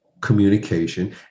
communication